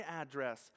address